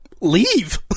Leave